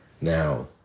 Now